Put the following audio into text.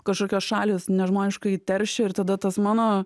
kažkokios šalys nežmoniškai teršia ir tada tas mano